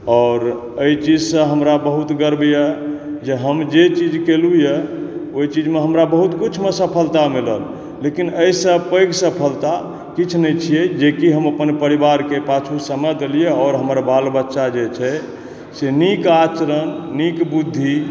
और अइ चीजसऽ हमरा बहुत गर्व याए जे हम जे चीज केलूँ याए ओइ चीजमे हमरा बहुत कुछमे सफलता मिलल लेकिन अइसँ पैघ सफलता किछु नै छियै जे कि हम अपन परिवारके पाछू समय देलियै और हमर बाल बच्चा जे छै से नीक आचरण नीक बुद्धि